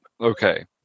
okay